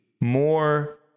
more